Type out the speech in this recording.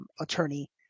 attorney